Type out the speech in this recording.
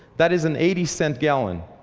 that is an eighty cent gallon.